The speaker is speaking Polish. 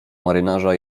marynarza